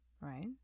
right